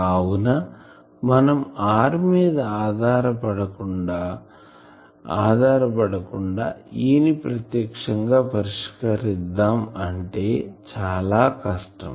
కావున మనం r మీద ఆధారపడకుండా E ని ప్రత్యక్షంగా పరిష్కరిద్దాం అంటే చాలా కష్టం